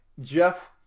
Jeff